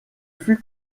fut